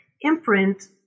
imprint